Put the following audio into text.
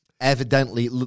Evidently